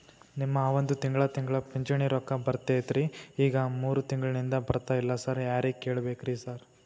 ನಮ್ ಮಾವಂದು ತಿಂಗಳಾ ತಿಂಗಳಾ ಪಿಂಚಿಣಿ ರೊಕ್ಕ ಬರ್ತಿತ್ರಿ ಈಗ ಮೂರ್ ತಿಂಗ್ಳನಿಂದ ಬರ್ತಾ ಇಲ್ಲ ಸಾರ್ ಯಾರಿಗ್ ಕೇಳ್ಬೇಕ್ರಿ ಸಾರ್?